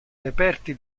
reperti